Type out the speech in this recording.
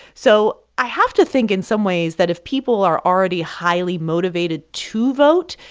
so i have to think in some ways that if people are already highly motivated to vote,